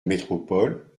métropole